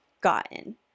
gotten